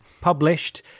published